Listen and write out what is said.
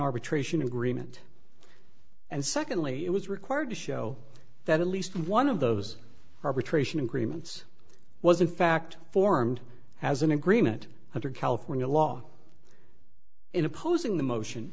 arbitration agreement and secondly it was required to show that at least one of those arbitration agreements was in fact formed as an agreement under california law in opposing the motion